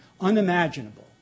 unimaginable